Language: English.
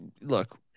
look